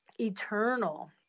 eternal